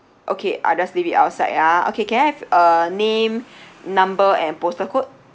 okay I'll just leave it outside ah okay can I have a name number and postal code